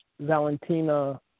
Valentina